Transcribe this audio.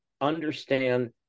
understand